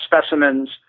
specimens